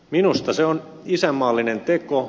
minusta se on isänmaallinen teko